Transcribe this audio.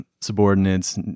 subordinates